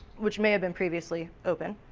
which may have been previously open.